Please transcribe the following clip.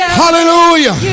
hallelujah